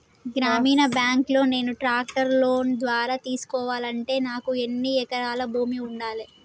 గ్రామీణ బ్యాంక్ లో నేను ట్రాక్టర్ను లోన్ ద్వారా తీసుకోవాలంటే నాకు ఎన్ని ఎకరాల భూమి ఉండాలే?